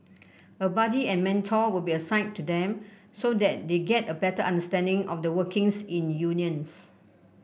a buddy and mentor will be assigned to them so they get a better understanding of the workings in unions